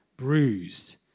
bruised